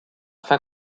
fin